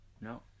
No